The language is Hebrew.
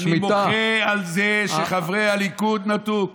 אני מוחה על זה שחברי הליכוד נטעו,